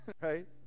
right